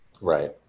Right